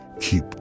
Keep